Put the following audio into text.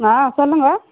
ஆ சொல்லுங்கள்